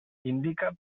indica